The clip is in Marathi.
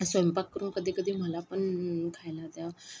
स्वयंपाक करून कधी कधी मला पण खायला द्यावं